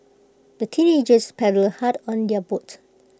the teenagers paddled hard on their boat